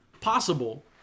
possible